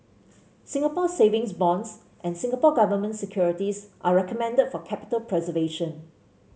Singapore Savings Bonds and Singapore Government Securities are recommended for capital preservation